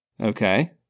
Okay